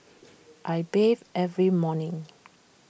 I bathe every morning